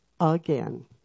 again